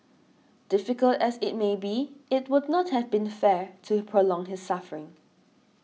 difficult as it may be it would not have been fair to prolong his suffering